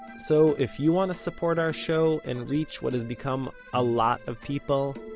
so if you want to support our show, and reach what has become a lot of people,